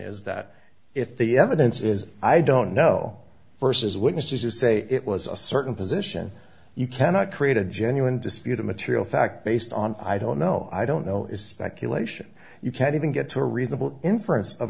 is that if the evidence is i don't know versus witnesses who say it was a certain position you cannot create a genuine disputed material fact based on i don't know i don't know is that kill ation you can't even get to a reasonable inference of